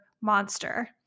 monster